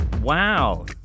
Wow